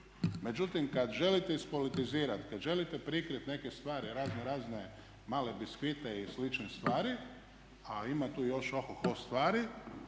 Međutim, kada želite ispolitizirati, kad želite prikrit neke stvari razno razne male biskvite i slične stvari a ima tu i još ohoh stvari